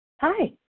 Hi